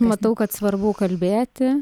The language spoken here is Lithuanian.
matau kad svarbu kalbėti